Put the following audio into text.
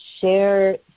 share